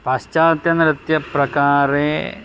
पाश्चात्यनृत्यप्रकारे